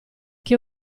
che